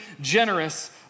generous